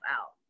out